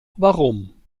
warum